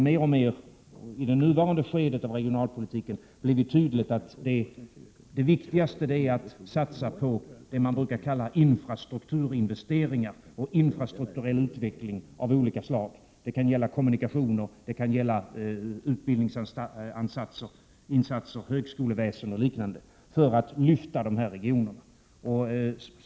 I det nuvarande skedet av regionalpolitiken har det ju mer och mer blivit tydligt att det viktigaste är att satsa på det man brukar kalla för infrastrukturinvesteringar och infrastrukturell utveckling av olika slag. Det kan gälla kommunikationer, utbildningsinsatser, högskoleväsen och liknande för att lyfta dessa regioner.